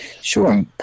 Sure